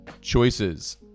choices